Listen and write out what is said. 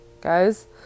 guys